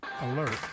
alert